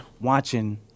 watching